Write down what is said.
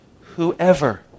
Whoever